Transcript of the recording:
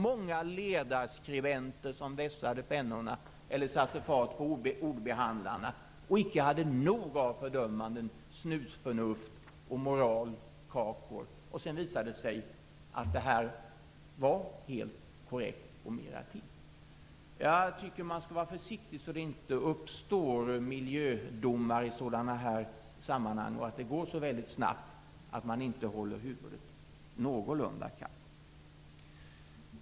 Många ledarskribenter vässade pennorna eller satte fart på ordbehandlarna och hade inte nog av fördömanden, snusförnuft och moralkakor. Och sedan visade sig att han hade handlat helt korrekt och mer därtill. Man skall vara försiktig så att det inte uppstår miljödomar i sådana här sammanhang och så att det inte går så snabbt att man inte håller huvudet någorlunda kallt.